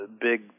big